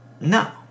No